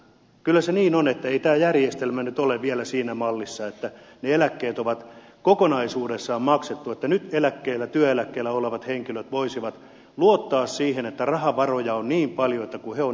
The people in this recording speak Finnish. kyllä se niin on että ei tämä järjestelmä nyt ole vielä siinä mallissa että ne eläkkeet ovat kokonaisuudessaan maksetut että nyt eläkkeellä työeläkkeellä olevat henkilöt voisivat luottaa siihen että rahavaroja on niin paljon kun he ovat eläkkeensä maksaneet